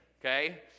okay